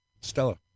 Stella